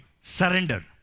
surrender